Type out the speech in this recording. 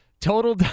Total